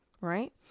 right